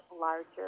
larger